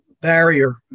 barrier